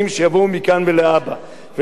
ולכן אני טוען שגם היום,